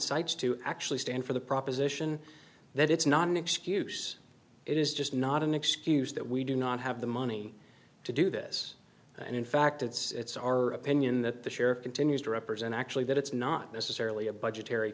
cites to actually stand for the proposition that it's not an excuse it is just not an excuse that we do not have the money to do this and in fact it's our opinion that the sheriff continues to represent actually that it's not necessarily a budget